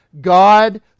God